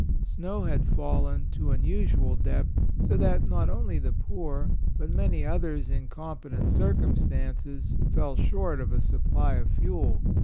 snow had fallen to an usual depth, so that, not only the poor, but many others in competent circumstances fell short of a supply of fuel.